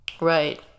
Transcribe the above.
Right